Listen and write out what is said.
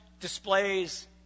displays